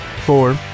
four